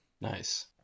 Nice